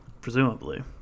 presumably